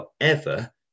forever